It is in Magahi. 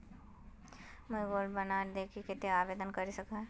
मुई गोल्ड बॉन्ड डेर केते आवेदन करवा सकोहो ही?